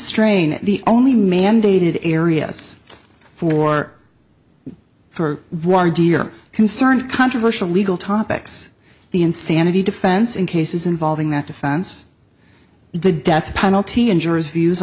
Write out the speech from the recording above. strain the only mandated areas for for one year concerned controversial legal topics the insanity defense in cases involving that defense the death penalty and jurors views